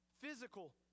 physical